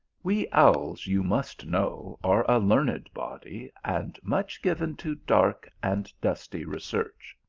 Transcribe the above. we owls, you must know, are a learned body, and much given to dark and dusty research.